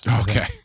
Okay